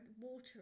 water